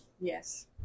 Yes